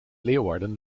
leeuwarden